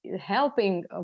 helping